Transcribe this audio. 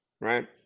right